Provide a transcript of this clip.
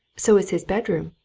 so is his bedroom.